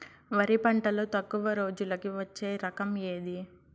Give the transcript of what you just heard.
వరి పంటలో తక్కువ రోజులకి వచ్చే రకం ఏది?